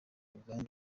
ubwandu